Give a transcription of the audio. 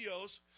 videos